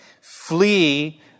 flee